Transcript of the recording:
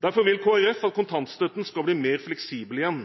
Derfor vil Kristelig Folkeparti at kontantstøtten skal bli mer fleksibel igjen,